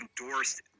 endorsed